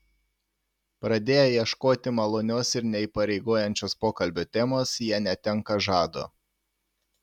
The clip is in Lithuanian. pradėję ieškoti malonios ir neįpareigojančios pokalbio temos jie netenka žado